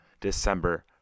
December